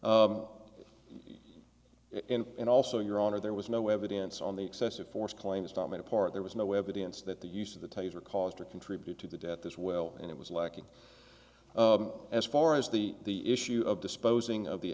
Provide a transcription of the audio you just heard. and also your honor there was no evidence on the excessive force claim is not made a part there was no evidence that the use of the taser caused or contribute to the death as well and it was lacking as far as the the issue of disposing of the